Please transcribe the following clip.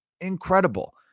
incredible